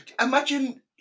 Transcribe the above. Imagine